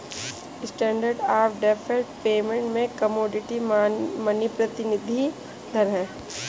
standard of deferred payment में commodity money प्रतिनिधि धन हैं